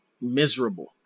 miserable